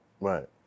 Right